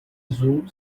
azul